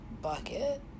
bucket